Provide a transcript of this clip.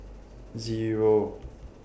Zero